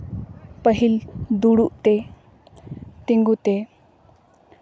ᱯᱟᱹᱦᱤᱞ ᱫᱩᱲᱩᱵ ᱛᱮᱛᱤᱸᱜᱩ ᱛᱮ